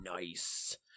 nice